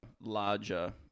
larger